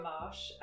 Marsh